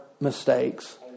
mistakes